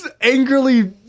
angrily